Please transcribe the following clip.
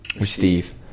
Steve